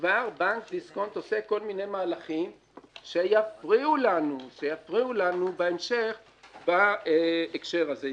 כבר בנק דיסקונט עושה כל מיני מהלכים שיפריעו לנו בהמשך בהקשר הזה.